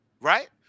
Right